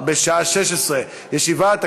בשעה 16:00. ישיבת